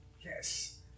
Yes